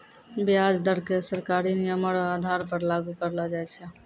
व्याज दर क सरकारी नियमो र आधार पर लागू करलो जाय छै